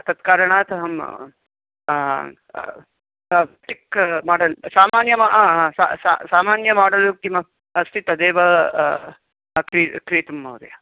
तत्कारारणात् अहं टिक् माडल् सामान्या सामान्य माडल् किम् अस्ति तदेव क्री क्रीतं महोदय